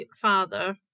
father